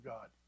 God